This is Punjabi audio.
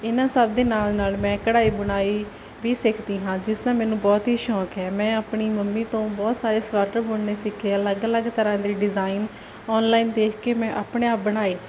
ਇਨ੍ਹਾਂ ਸਭ ਦੇ ਨਾਲ ਨਾਲ ਮੈਂ ਕਢਾਈ ਬੁਣਾਈ ਵੀ ਸਿੱਖਦੀ ਹਾਂ ਜਿਸ ਦਾ ਮੈਨੂੰ ਬਹੁਤ ਹੀ ਸ਼ੌਂਕ ਹੈ ਮੈਂ ਆਪਣੀ ਮੰਮੀ ਤੋਂ ਬਹੁਤ ਸਾਰੇ ਸੁਐਟਰ ਬੁਣਨੇ ਸਿੱਖੇ ਐ ਅਲੱਗ ਅਲੱਗ ਤਰ੍ਹਾਂ ਦੀ ਡਿਜ਼ਾਇਨ ਔਨਲਾਈਨ ਦੇਖ ਕੇ ਮੈਂ ਆਪਣੇ ਆਪ ਬਣਾਏ